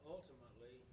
Ultimately